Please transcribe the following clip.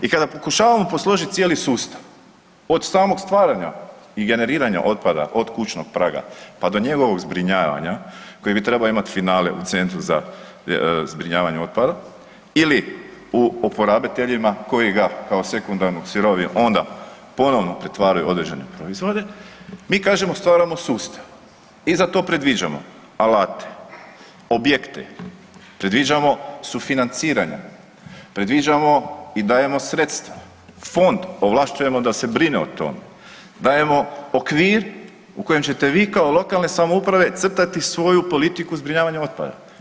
I kada pokušavamo posložiti cijeli sustav od samog stvaranja i generiranja otpada od kućnog praga pa do njegovog zbrinjavanja koji bi trebao imati finale u centru zbrinjavanje otpadom ili u oporabiteljima koji ga kao sekundarnu sirovinu onda ponovno pretvaraju određene proizvode, mi kažemo stvaramo sustav i za to predviđamo alate, objekte, predviđamo sufinanciranja, predviđamo i dajemo sredstava, fond ovlaštujemo da se brine o tome, dajemo okvir u kojem ćete vi kao lokalne samouprave svoju politika zbrinjavanja otpada.